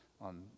on